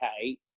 okay